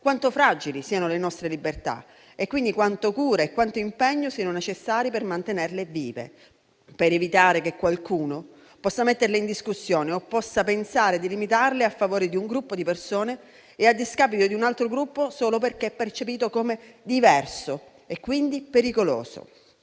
quanto fragili siano le nostre libertà e quindi quanta cura e quanto impegno siano necessari per mantenerle vive. Ciò per evitare che qualcuno possa metterle in discussione o possa pensare di limitarle, a favore di un gruppo di persone e a discapito di un altro gruppo solo perché è percepito come diverso e quindi pericoloso.